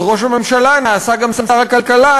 אז ראש הממשלה נעשה גם שר הכלכלה,